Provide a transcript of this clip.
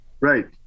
Right